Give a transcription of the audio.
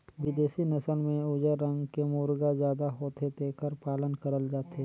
बिदेसी नसल में उजर रंग के मुरगा जादा होथे जेखर पालन करल जाथे